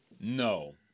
no